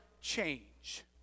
change